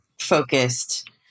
focused